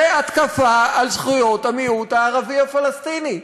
זו התקפה על זכויות המיעוט הערבי הפלסטיני.